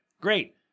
Great